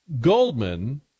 Goldman